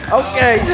okay